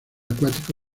acuático